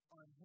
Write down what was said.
on